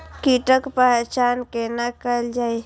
कीटक पहचान कैना कायल जैछ?